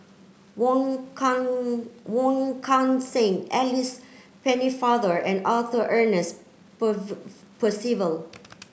Wong Kan Wong Kan Seng Alice Pennefather and Arthur Ernest Percival